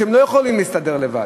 מפני שהם לא יכולים להסתדר לבד.